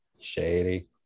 Shady